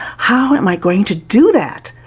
how am i going to do that?